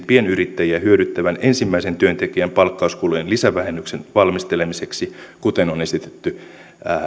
pienyrittäjiä hyödyttävän ensimmäisen työntekijän palkkauskulujen lisävähennyksen valmistelemiseksi kuten on esitetty